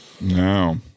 No